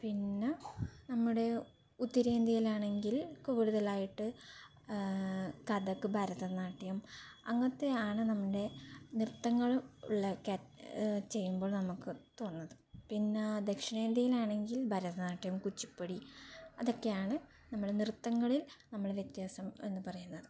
പിന്നെ നമ്മുടെ ഉത്തരേന്ത്യയിലാണെങ്കിൽ കൂടുതലായിട്ട് കഥക് ഭരതനാട്യം അങ്ങനത്തെയാണ് നമ്മുടെ നൃത്തങ്ങളുള്ളത് കാ ചെയ്യുമ്പോൾ നമുക്ക് തോന്നുന്നത് പിന്നെ ദക്ഷിണേന്ത്യയിൽ ആണെങ്കിൽ ഭരതനാട്യം കുച്ചിപ്പുടി അതൊക്കെയാണ് നമ്മൾ നൃത്തങ്ങളിൽ നമ്മള് വിത്യാസം എന്ന് പറയുന്നത്